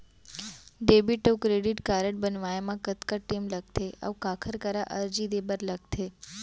Debit अऊ credit card बनवाए मा कतका टेम लगथे, अऊ काखर करा अर्जी दे बर लगथे?